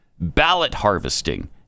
ballot-harvesting